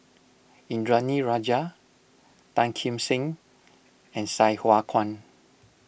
Indranee Rajah Tan Kim Seng and Sai Hua Kuan